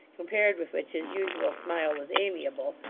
compared with which his usual smile was amiable,